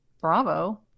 Bravo